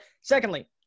Secondly